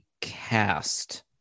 cast